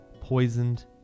poisoned